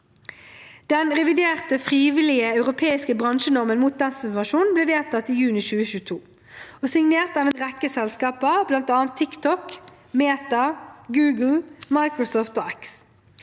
Den reviderte, frivillige europeiske bransjenormen mot desinformasjon ble vedtatt i juni 2022 og signert av en rekke selskaper, bl.a. TikTok, Meta, Google, Microsoft og X.